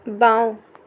বাওঁ